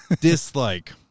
Dislike